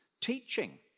teaching